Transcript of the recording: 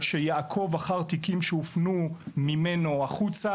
שיעקוב אחר תיקים שהופנו ממנו החוצה,